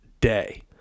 day